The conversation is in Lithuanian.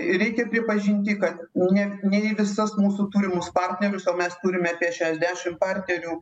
reikia pripažinti kad ne ne į visas mūsų turimus partnerius o mes turime apie šešiasdešim partnerių